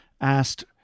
asked